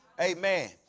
Amen